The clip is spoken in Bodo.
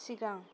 सिगां